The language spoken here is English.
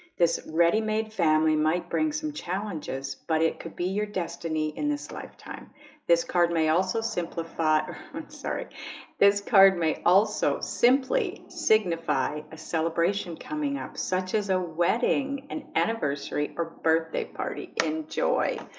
this ready-made family might bring some challenges but it could be your destiny in this lifetime this card may also simplify. i'm sorry this card may also simply signify a celebration coming up such as a wedding an anniversary or birthday party enjoy.